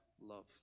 love